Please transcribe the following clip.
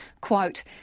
quote